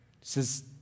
Says